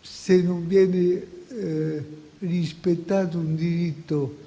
se non viene rispettato un diritto